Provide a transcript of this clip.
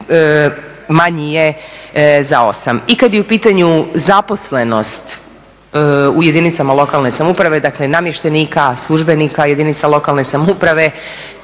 manji je za 8. I kad je u pitanju zaposlenost u jedinicama lokalne samouprave, dakle namještenika, službenika jedinica lokalne samouprave